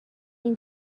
این